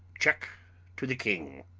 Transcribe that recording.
check to the king!